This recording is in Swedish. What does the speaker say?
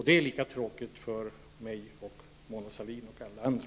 Det är lika tråkigt för mig och Mona Sahlin som för alla andra.